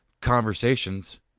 conversations